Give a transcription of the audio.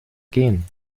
gehen